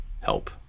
help